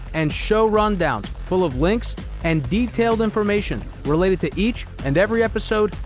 and show rundowns full of links and detailed information related to each and every episode,